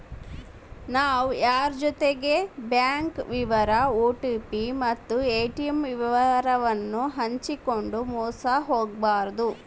ನಾವು ಯಾರ್ ಜೊತಿಗೆನ ಬ್ಯಾಂಕ್ ವಿವರ ಓ.ಟಿ.ಪಿ ಮತ್ತು ಏ.ಟಿ.ಮ್ ವಿವರವನ್ನು ಹಂಚಿಕಂಡು ಮೋಸ ಹೋಗಬಾರದು